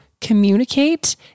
Communicate